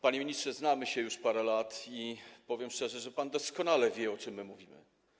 Panie ministrze, znamy się już parę lat i powiem szczerze, że pan doskonale wie, o czym my mówimy.